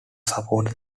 support